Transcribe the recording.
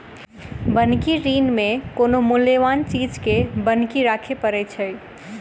बन्हकी ऋण मे कोनो मूल्यबान चीज के बन्हकी राखय पड़ैत छै